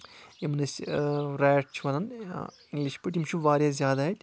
یِمن أسۍ ریٹ چھِ وَنان اِنٛگلِش پٲٹھۍ یِم چھِ واریاہ زیادٕ اَتہِ